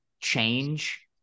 change